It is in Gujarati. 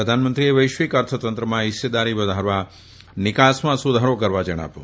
પ્રધાનમંત્રી એ વૈશ્વિક અર્થતંત્રમાં હિસ્સેદારી વધારવા નિકાસમાં સુધારો કરવા જણાવ્યું